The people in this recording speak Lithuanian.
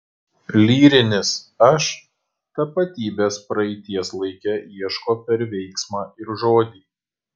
lyrinis aš tapatybės praeities laike ieško per veiksmą ir žodį